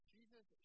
Jesus